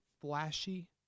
flashy